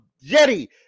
jetty